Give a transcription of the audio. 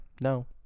no